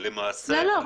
לא, לא.